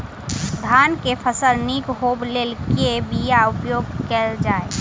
धान केँ फसल निक होब लेल केँ बीया उपयोग कैल जाय?